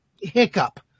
hiccup